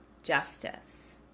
justice